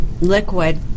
liquid